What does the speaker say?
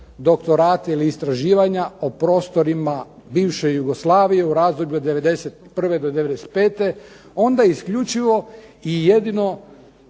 doktorate i istraživanja o prostorima bivše Jugoslavije, u razdoblju od 91. do 95. onda isključivo i jedino